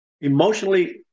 emotionally